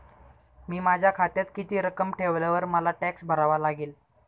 मी माझ्या खात्यात किती रक्कम ठेवल्यावर मला टॅक्स भरावा लागेल?